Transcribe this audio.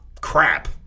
crap